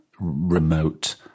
remote